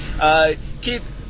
Keith